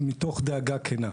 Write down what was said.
מתוך דאגה כנה.